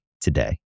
today